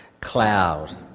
cloud